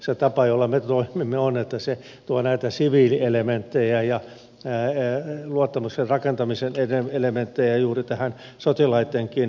se tapa jolla me toimimme on että se tuo näitä siviilielementtejä ja luottamuksen rakentamisen elementtejä juuri tähän sotilaittenkin toimintaan